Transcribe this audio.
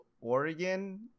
Oregon